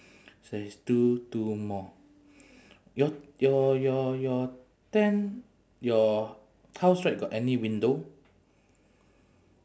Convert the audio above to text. so there's still two more your your your your tent your house right got any window